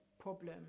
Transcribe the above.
problem